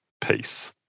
peace